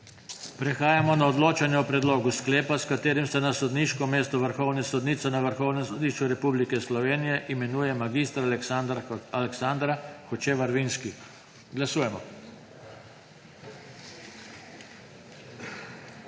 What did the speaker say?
Prehajamo na odločanje o predlogu sklepa, s katerim se na sodniško mesto vrhovne sodnice na Vrhovnem sodišču Republike Slovenije imenuje mag. Aleksandra Hočevar Vinski. Glasujemo.